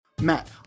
Matt